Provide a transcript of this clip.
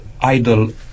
idol